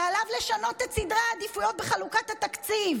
שעליו לשנות את סדרי העדיפויות בחלוקת התקציב,